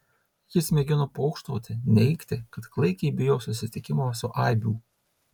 jis mėgino pokštauti neigti kad klaikiai bijo susitikimo su aibių